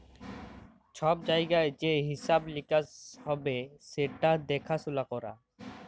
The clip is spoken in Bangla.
ছব জায়গায় যে হিঁসাব লিকাস হ্যবে সেট দ্যাখাসুলা ক্যরা